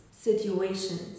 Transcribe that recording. situations